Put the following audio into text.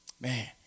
Man